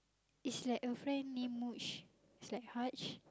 is like a friend name Muj is like Haj